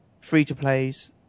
free-to-plays